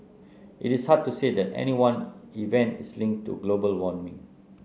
it is hard to say that any one event is linked to global warming